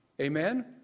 Amen